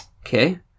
Okay